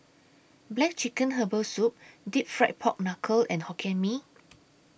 Black Chicken Herbal Soup Deep Fried Pork Knuckle and Hokkien Mee